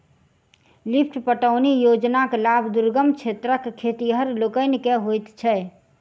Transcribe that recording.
lift पटौनी योजनाक लाभ दुर्गम क्षेत्रक खेतिहर लोकनि के होइत छै